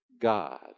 God